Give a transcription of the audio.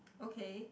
okay